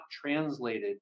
translated